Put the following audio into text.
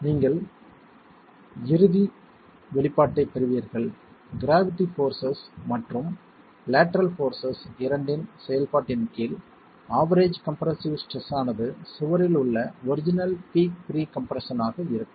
நீங்கள் இறுதி வெளிப்பாட்டைப் பெறுவீர்கள் க்ராவிட்டி போர்ஸஸ் மற்றும் லேட்டரல் போர்ஸஸ் இரண்டின் செயல்பாட்டின் கீழும் ஆவெரேஜ் கம்ப்ரசிவ் ஸ்ட்ரெஸ் ஆனது சுவரில் உள்ள ஒரிஜினல் பீக் ப்ரீ கம்ப்ரெஸ்ஸன் ஆக இருக்கும்